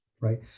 Right